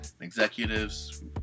executives